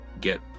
get